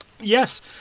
Yes